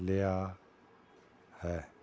ਲਿਆ ਹੈ